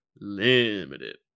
Limited